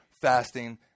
fasting